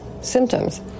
symptoms